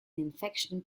infection